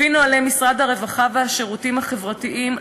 לפי נוהלי משרד הרווחה והשירותים החברתיים,